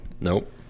Nope